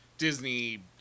Disney